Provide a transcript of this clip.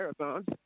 marathons